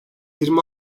yirmi